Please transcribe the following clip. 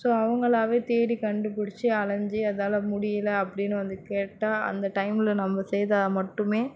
so அவங்களாவே தேடி கண்டுப்பிடிச்சி அலைஞ்சு அதால் முடியலை அப்படின்னு வந்து கேட்டால் அந்த டைமில் நம்ம செய்தால் மட்டுமே